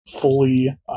fully